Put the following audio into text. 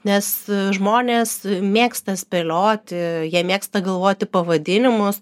nes žmonės mėgsta spėlioti jie mėgsta galvoti pavadinimus